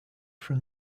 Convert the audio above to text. from